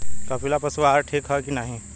कपिला पशु आहार ठीक ह कि नाही?